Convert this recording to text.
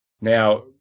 Now